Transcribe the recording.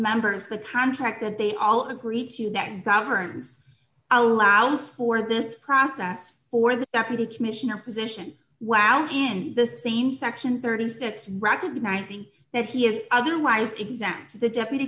members the contract that they all agree to that governs allows for this process or the deputy commissioner position wow in the same section thirty six dollars recognizing that he is otherwise exactly the deputy